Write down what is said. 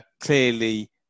clearly